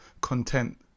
content